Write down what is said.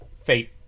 fate